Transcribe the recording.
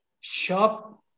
sharp